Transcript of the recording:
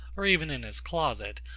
or even in his closet,